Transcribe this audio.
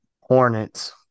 Hornets